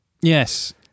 Yes